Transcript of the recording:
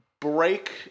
break